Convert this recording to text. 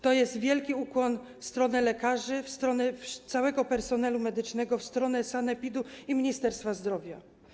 To jest wielki ukłon w stronę lekarzy, w stronę całego personelu medycznego, w stronę sanepidu i Ministerstwa Zdrowia.